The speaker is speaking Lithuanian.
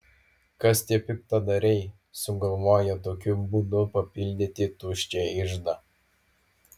kas tie piktadariai sugalvoję tokiu būdu papildyti tuščią iždą